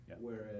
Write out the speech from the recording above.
Whereas